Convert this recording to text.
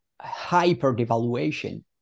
hyper-devaluation